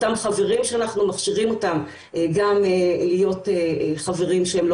אותם חברים שאנחנו מכשירים אותם גם להיות חברים שהם לא